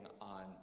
on